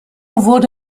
wurde